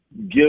give